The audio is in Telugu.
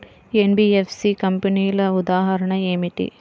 ఎన్.బీ.ఎఫ్.సి కంపెనీల ఉదాహరణ ఏమిటి?